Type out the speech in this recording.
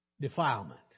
defilement